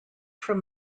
from